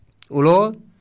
Ulo